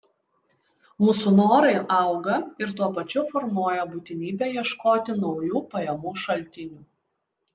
mūsų norai auga ir tuo pačiu formuoja būtinybę ieškoti naujų pajamų šaltinių